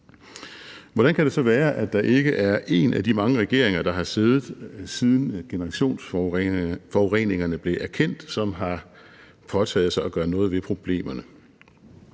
Hvordan kan det så være, at der ikke er én af de mange regeringer, der har siddet, siden generationsforureningerne blev erkendt, som har påtaget sig at gøre noget ved problemerne?